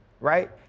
Right